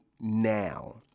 now